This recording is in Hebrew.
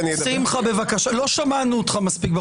לא שמענו אותך מספיק.